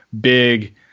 big